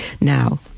Now